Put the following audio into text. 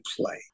play